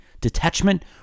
detachment